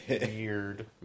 weird